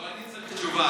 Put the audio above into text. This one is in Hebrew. לא אני צריך תשובה,